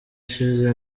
ishize